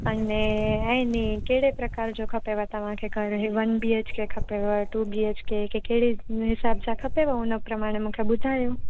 अने I mean कहिड़े प्रकार जो खपेव तव्हांखे घरु वन बी एच के खपेव टू बी एच के की कहिड़े हिसाब सां खपेव उन प्रमाणे मूंखे ॿुधायो